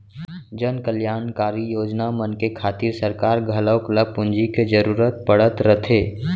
जनकल्यानकारी योजना मन के खातिर सरकार घलौक ल पूंजी के जरूरत पड़त रथे